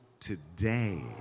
today